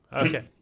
okay